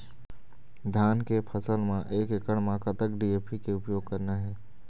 धान के फसल म एक एकड़ म कतक डी.ए.पी के उपयोग करना हे?